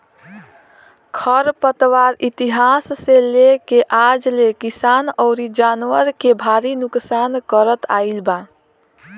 खर पतवार इतिहास से लेके आज ले किसान अउरी जानवर के भारी नुकसान करत आईल बा